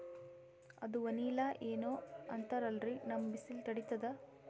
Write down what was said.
ಅದು ವನಿಲಾ ಏನೋ ಅಂತಾರಲ್ರೀ, ನಮ್ ಬಿಸಿಲ ತಡೀತದಾ?